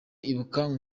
ibuka